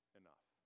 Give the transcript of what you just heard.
enough